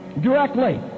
directly